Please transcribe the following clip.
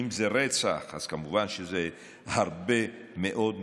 אם זה רצח, זה כמובן הרבה מאוד כסף.